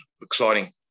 exciting